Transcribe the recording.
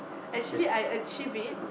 actually I achieve it